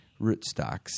rootstocks